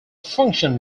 function